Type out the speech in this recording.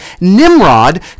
Nimrod